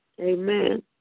Amen